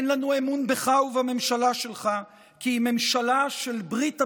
אין לנו אמון בך ובממשלה שלך כי היא ממשלה של ברית הבריונים,